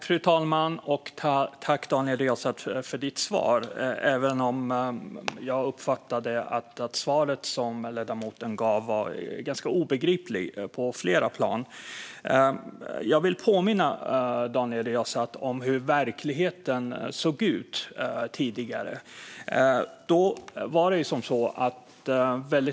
Fru talman! Jag tackar för Daniel Riazats svar, även om jag uppfattade att svaret som ledamoten gav var obegripligt på flera plan. Jag vill påminna Daniel Riazat om hur verkligheten såg ut tidigare.